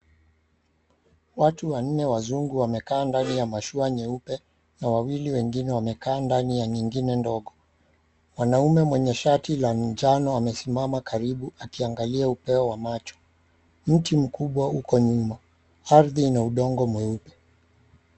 Watu wanne wazungu wamekaa ndani ya mashua nyeupe na wawili wengine wamekaa ndani ya nyingine ndogo. Mwanaume mwenye shati la njano amesimama karibu akiangalia upeo wa macho. Mti mkubwa uko nyuma. Ardhi ina udongo mweupe.